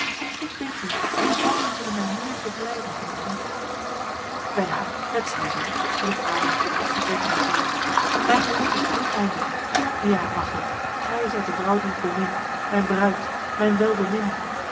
ik bid u die woorden zullen mij meer verblijden mijn vriend welaan het zij zo riep adolf in opgetogenheid uit mijn geluk is oneindig ja machteld gij zijt de vrouw die ik bemin mijn bruid mijn welbeminde